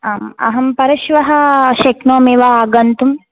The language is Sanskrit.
आम् अहं परश्वः शक्नोमि वा आगन्तुं